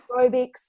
aerobics